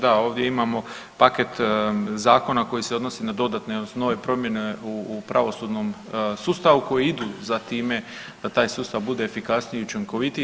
Da, ovdje imamo paket zakona koji se odnose na dodatne odnosno nove promjene u pravosudnom sustavu koje idu za time da taj sustav bude efikasniji i učinkovitiji.